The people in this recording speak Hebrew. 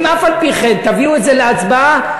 אם אף-על-פי-כן תביאו את זה להצבעה,